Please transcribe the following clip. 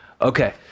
Okay